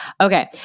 Okay